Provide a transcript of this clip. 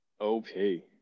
Okay